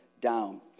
down